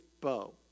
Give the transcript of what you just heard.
bow